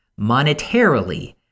monetarily